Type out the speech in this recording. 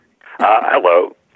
Hello